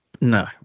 no